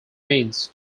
means